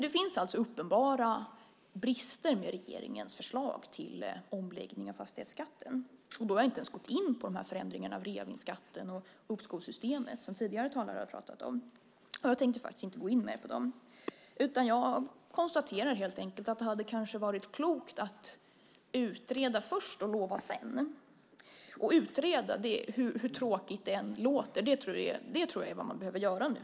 Det finns alltså uppenbara brister med regeringens förslag till omläggning av fastighetsskatten, och då har jag inte ens gått in på de förändringar av reavinstskatten och uppskovssystemet som tidigare talare har pratat om. Jag tänkte faktiskt inte heller gå in mer på dem, utan jag konstaterar helt enkelt att det kanske hade varit klokt att utreda först och lova sedan. Att utreda, hur tråkigt det än låter, tror jag är vad regeringen behöver göra nu.